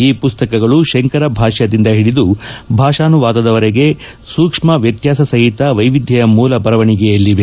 ಈ ಪುಸ್ತಕಗಳು ಶಂಕರ ಭಾಷ್ಯದಿಂದ ಒಡಿದು ಭಾಷಾನುವಾದದವರೆಗೆ ಸೂಕ್ಷ್ಮ ವ್ಯತ್ಯಾಸ ಸಹಿತ ವೈವಿಧ್ಯಮಯ ಮೂಲ ಬರವಣಿಗೆಯಲ್ಲಿವೆ